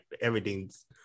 everything's